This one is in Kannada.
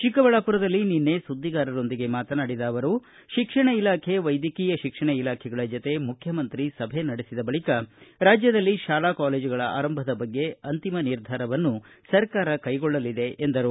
ಚಿಕ್ಕಬಳ್ಳಾಪುರದಲ್ಲಿ ನಿನ್ನೆ ಸುದ್ದಿಗಾರರೊಂದಿಗೆ ಮಾತನಾಡಿದ ಅವರು ಶಿಕ್ಷಣ ಇಲಾಖೆ ವೈದ್ಯಕೀಯ ಶಿಕ್ಷಣ ಇಲಾಖೆಗಳ ಜೊತೆ ಮುಖ್ಯಮಂತ್ರಿ ಸಭೆ ನಡೆಸಿದ ಬಳಕ ರಾಜ್ಯದಲ್ಲಿ ಶಾಲಾ ಕಾಲೇಜುಗಳ ಆರಂಭದ ಬಗ್ಗೆ ಅಂತಿಮ ನಿರ್ಧಾರವನ್ನು ಸರ್ಕಾರ ಕೈಗೊಳ್ಳಲಿದೆ ಎಂದರು